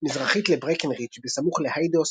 מזרחית לברקנרידג' בסמוך לאיידהו ספרינגס.